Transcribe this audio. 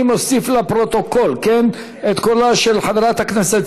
אני מוסיף לפרוטוקול של קולה של חברת הכנסת